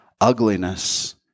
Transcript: ugliness